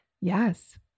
Yes